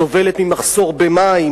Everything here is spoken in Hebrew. סובלת ממחסור במים,